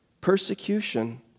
Persecution